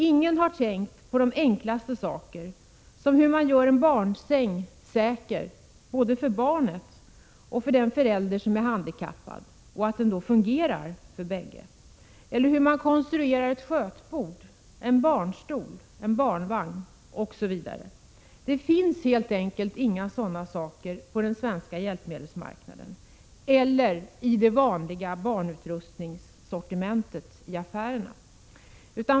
Ingen har tänkt på de enklaste saker, som hur man gör en barnsäng säker både för barnet och för den förälder som är handikappad och att se till att den fungerar för bägge, eller hur man konstruerar ett skötbord, en barnstol, en barnvagn, osv. Det finns helt enkelt inga sådana saker på den svenska hjälpmedelsmarknaden eller i det vanliga barnutrustningssortimentet i affärerna.